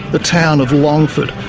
the town of longford,